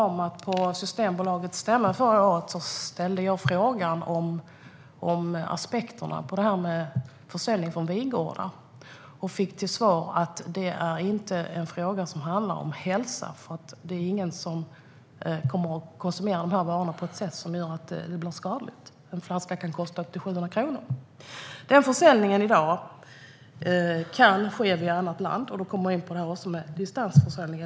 På Systembolagets stämma förra året ställde jag frågan om detta med försäljning från vingårdar och fick till svar att det inte är en fråga som handlar om hälsa, för det är ingen som kommer att konsumera dessa varor på ett sätt som är skadligt. En flaska kan ju kosta upp till 700 kronor. I dag kan denna försäljning ske via annat land. Därmed kommer vi in på detta med distansförsäljning.